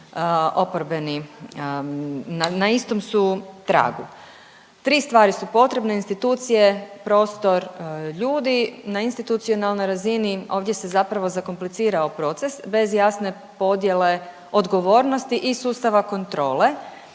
oporbeni na istom su tragu. Tri stvari su potrebne institucije, prostor, ljudi. Na institucionalnoj razini ovdje se zapravo zakomplicirao proces bez jasne podjele odgovornosti i sustava kontrole,